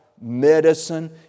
medicine